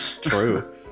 True